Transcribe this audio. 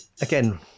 again